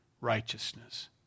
righteousness